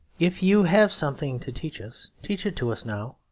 if you have something to teach us, teach it to us now.